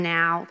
now